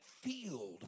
field